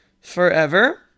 forever